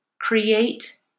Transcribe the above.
create